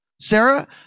Sarah